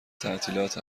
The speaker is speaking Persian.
تعطیلات